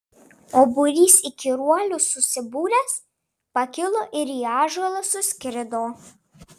o būrys įkyruolių susibūręs pakilo ir į ąžuolą suskrido